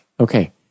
Okay